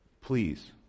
Please